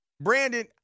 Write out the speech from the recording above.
Brandon